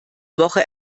woche